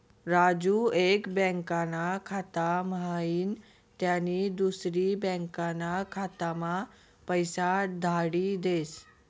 राजू एक बँकाना खाता म्हाईन त्यानी दुसरी बँकाना खाताम्हा पैसा धाडी देस